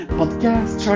podcast